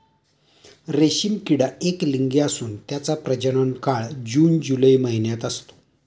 रेशीम किडा एकलिंगी असून त्याचा प्रजनन काळ जून जुलै महिन्यात असतो